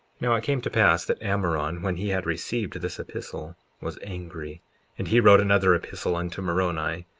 now it came to pass that ammoron, when he had received this epistle, was angry and he wrote another epistle unto moroni,